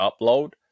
upload